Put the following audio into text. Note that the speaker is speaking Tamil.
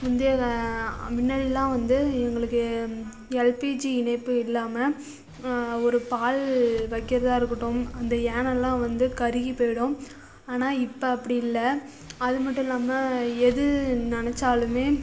முந்தைய முன்னாடில்லாம் வந்து எங்களுக்கு எல்பிஜி இணைப்பு இல்லாமல் ஒரு பால் வைக்கிறதா இருக்கட்டும் அந்த ஏனமெலாம் வந்து கருகி போய்டும் ஆனால் இப்போ அப்படி இல்லை அது மட்டும் இல்லாமல் எது நினைச்சாலுமே